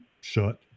shut